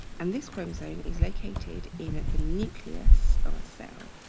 and this chromosome is located in at the nucleus of a cell.